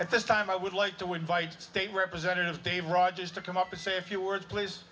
at this time i would like to invite state representative dave rogers to come up and say a few words please